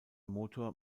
motor